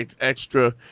extra